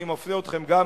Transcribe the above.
אני מפנה אתכם גם